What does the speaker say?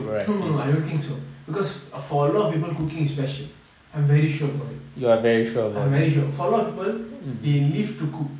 no no no I don't think so because for a lot of people cooking especially I'm very sure boy I'm very sure for a lot of people they live to cook